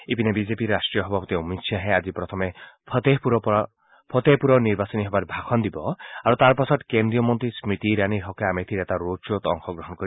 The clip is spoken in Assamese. ইপিনে বিজেপিৰ ৰাট্টীয় সভাপতি অমিত খাহে আজি প্ৰথমে ফটেহপুৰৰ নিৰ্বাচনী সভাত ভাষণ দিব আৰু তাৰ পাছত কেন্দ্ৰীয় মন্ত্ৰী স্মৃতি ইৰাণীৰ হকে আমেথীৰ এটা ৰোড খ্বত অংশগ্ৰহণ কৰিব